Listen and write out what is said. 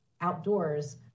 outdoors